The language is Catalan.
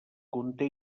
conté